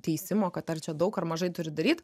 teisimo kad ar čia daug ar mažai turi daryt